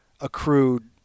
accrued